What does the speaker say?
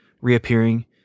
reappearing